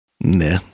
Nah